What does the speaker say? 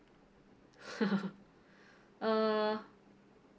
uh